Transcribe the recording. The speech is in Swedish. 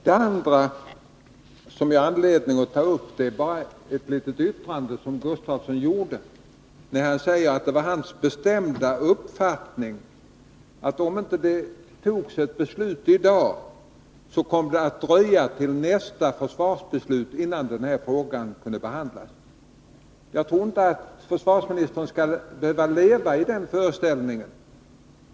Det andra som jag har anledning att ta upp är ett yttrande som Torsten Gustafsson gjorde, nämligen att det var hans bestämda uppfattning att det — om det inte fattas ett beslut i dag — kommer att dröja till nästa försvarsbeslut innan den här frågan kan behandlas. Jag tror inte att försvarsministern skall behöva leva i den föreställningen.